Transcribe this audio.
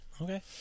Okay